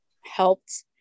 helped